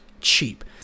cheap